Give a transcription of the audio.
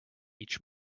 each